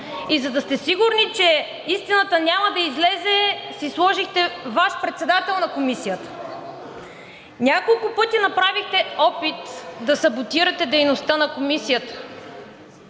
И за да сте сигурни, че истината няма да излезе, си сложихте Ваш председател на Комисията. Няколко пъти направихте опит да саботирате дейността на Комисията.